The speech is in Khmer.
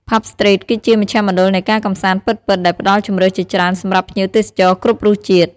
ផាប់ ស្ទ្រីត គឺជា មជ្ឈមណ្ឌលនៃការកម្សាន្ត ពិតៗ ដែលផ្ដល់ជម្រើសជាច្រើនសម្រាប់ភ្ញៀវទេសចរគ្រប់រសជាតិ។